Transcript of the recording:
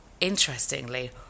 interestingly